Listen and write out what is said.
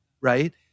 right